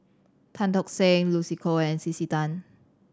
Tan Tock Seng Lucy Koh and C C Tan